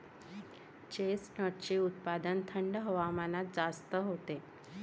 चेस्टनटचे उत्पादन थंड हवामानात जास्त होते